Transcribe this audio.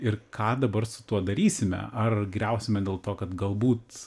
ir ką dabar su tuo darysime ar griausime dėl to kad galbūt